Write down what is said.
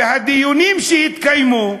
והדיונים שהתקיימו,